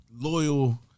loyal